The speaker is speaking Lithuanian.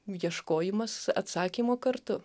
ieškojimas atsakymo kartu